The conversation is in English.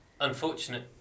unfortunate